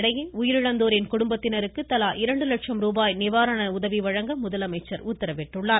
இதனிடையே உயிரிழந்தோரின் குடும்பத்தினருக்கு தலா இரண்டு லட்சம் ருபாய் நிவாரண உதவி வழங்க முதலமைச்சர் உத்தரவிட்டுள்ளார்